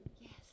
yes